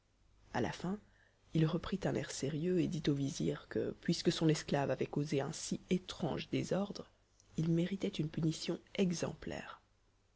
à la fin il reprit un air sérieux et dit au vizir que puisque son esclave avait causé un si étrange désordre il méritait une punition exemplaire